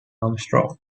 armstrong